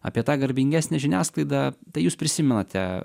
apie tą garbingesnę žiniasklaidą tai jūs prisimenate